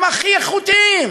הם הכי איכותיים.